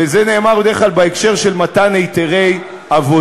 וזה נאמר בדרך כלל בהקשר של מתן היתרי עבודה.